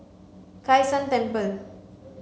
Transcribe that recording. Kai San Temple